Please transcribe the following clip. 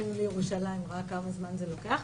בפקקים לירושלים יודע כמה זמן זה לוקח.